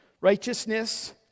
Righteousness